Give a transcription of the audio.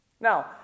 Now